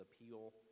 appeal